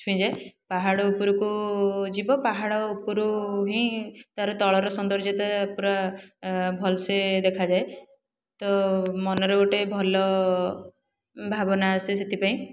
ଛୁଇଁଯାଏ ପାହାଡ଼ ଉପରକୁ ଯିବ ପାହାଡ଼ ଉପରୁ ହିଁ ତାର ତଳର ସୌନ୍ଦର୍ଯ୍ୟତା ପୂରା ଭଲସେ ଦେଖାଯାଏ ତ ମନରେ ଗୋଟେ ଭଲ ଭାବନା ଆସେ ସେଥିପାଇଁ